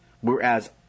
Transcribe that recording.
Whereas